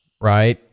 right